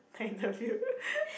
thank the few